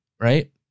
right